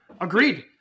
agreed